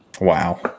Wow